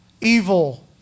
evil